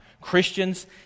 Christians